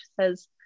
says